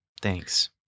Thanks